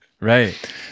Right